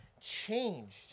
changed